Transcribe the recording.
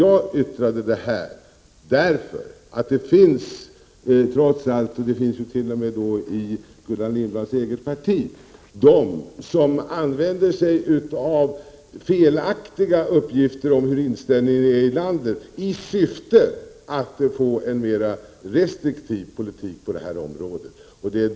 Jag yttrade detta eftersom det trots allt finns — t.o.m. inom Gullan Lindblads eget parti — de som använder sig av felaktiga uppgifter om hur inställningen är i landet i syfte att få en mera restriktiv politik på det här området.